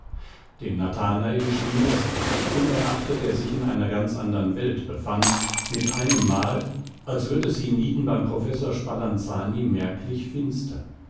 dem nathanael schien es unerachtet er sich in einer ganz andern welt befand mit einemmal als würd es hienieden beim professor spalanzani merklich finster